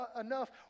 enough